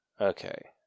Okay